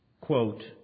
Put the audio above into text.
quote